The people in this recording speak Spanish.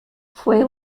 fue